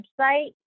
website